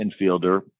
infielder